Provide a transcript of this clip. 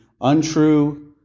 untrue